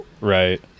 Right